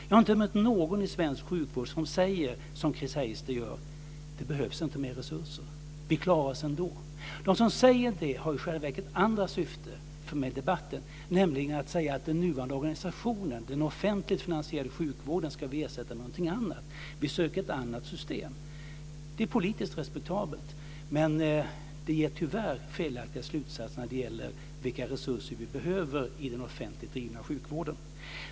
Jag har inte mött någon i svensk sjukvård som säger som Chris Heister gör: Det behövs inte mer resurser. Vi klarar oss ändå. De som säger det har i själva verket andra syften i debatten, nämligen att säga att den nuvarande organisationen, den offentligt finansierade sjukvården, ska ersättas med något annat. Man söker ett annat system. Det är politiskt respektabelt. Men det leder tyvärr till felaktiga slutsatser när det gäller vilka resurser vi behöver inom den offentligt drivna sjukvården.